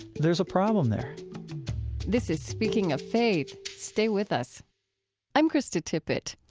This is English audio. there's a problem there this is speaking of faith. stay with us i'm krista tippett.